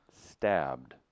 stabbed